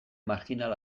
marjinal